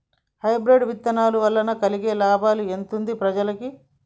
Hybrid విత్తనాల వలన కలిగే లాభం ఎంతుంది ప్రజలకి?